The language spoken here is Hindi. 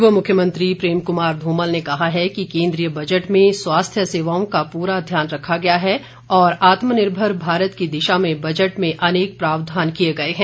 पूर्व मुख्यमंत्री प्रेम कुमार ध्रमल ने कहा है कि केन्द्रीय बजट ने स्वास्थ्य सेवाओं का पूरा ध्यान रखा गया है और आत्मनिर्भर भारत की दिशा में बजट में अनेक प्रावधान किए गए हैं